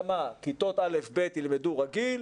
כיתות א' ב' ילמדו רגיל,